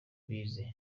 bize